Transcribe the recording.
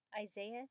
Isaiah